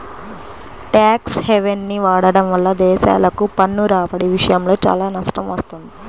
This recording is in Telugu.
ట్యాక్స్ హెవెన్ని వాడటం వల్ల దేశాలకు పన్ను రాబడి విషయంలో చాలా నష్టం వస్తుంది